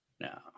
No